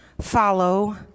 follow